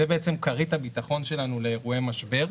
זו כרית הביטחון שלנו לאירועי משבר.